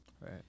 Right